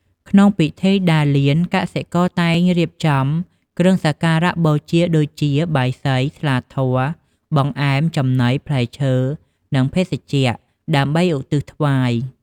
ក្នុងពិធីដារលាន កសិករតែងរៀបចំ គ្រឿងសក្ការៈបូជា ដូចជា បាយសី ស្លាធម៌ បង្អែម ចំណី ផ្លែឈើ និងភេសជ្ជៈ ដើម្បីឧទ្ទិសថ្វាយ។